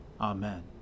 Amen